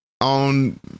on